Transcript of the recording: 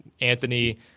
Anthony